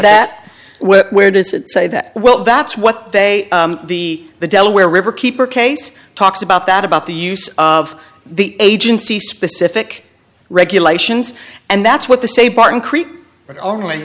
that where does it say that well that's what they the the delaware river keeper case talks about that about the use of the agency specific regulations and that's what the say barton creek but only